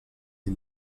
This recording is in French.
des